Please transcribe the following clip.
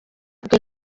bwe